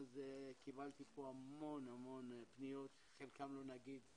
קיבלתי פה המון המון פניות, חלקם לא נגיד כאן,